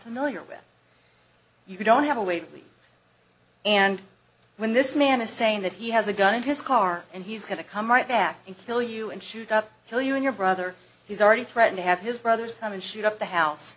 familiar with you don't have to wait and when this man is saying that he has a gun in his car and he's going to come right back and kill you and shoot up tell you and your brother he's already threatened to have his brothers come and shoot up the house